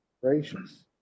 gracious